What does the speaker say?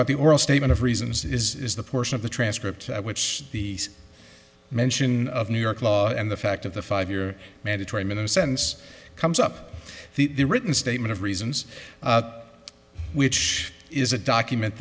about the oral statement of reasons is the portion of the transcript which the mention of new york law and the fact of the five year mandatory minimum sentence comes up the written statement of reasons which is a document